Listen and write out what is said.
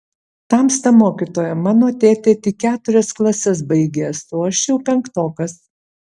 tamsta mokytoja mano tėtė tik keturias klases baigęs o aš jau penktokas